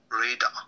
radar